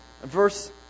Verse